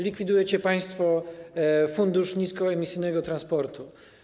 Likwidujecie państwo Fundusz Niskoemisyjnego Transportu.